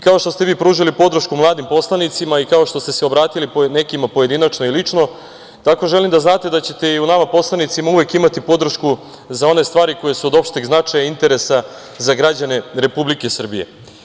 Kao što ste vi pružili podršku mladim poslanicima i kao što ste se obratili nekima pojedinačno i lično, tako želim da znate da ćete i u nama poslanicima uvek imati podršku za one stvari koje su od opšteg značaja i interesa za građane Republike Srbije.